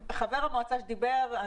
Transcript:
אבל חבר המועצה שדיבר,